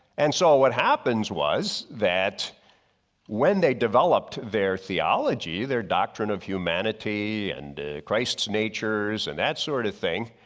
and so, what happens was that when they developed their theology, their doctrine of humanity and christ's natures and that sort of thing,